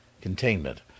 containment